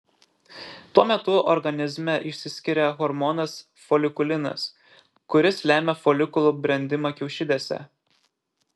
tuo metu organizme išsiskiria hormonas folikulinas kuris lemia folikulų brendimą kiaušidėse